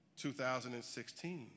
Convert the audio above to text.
2016